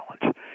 Challenge